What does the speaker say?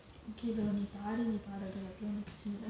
இப்போ நீ ஆடி நீ பாட பாக்குற வெக்குற:ippo nee aadi nee paada paakura vekkura